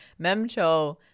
memcho